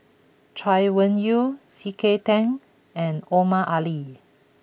Chay Weng Yew C K Tang and Omar Ali